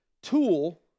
tool